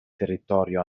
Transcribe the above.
territorio